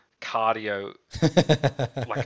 cardio